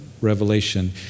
Revelation